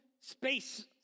space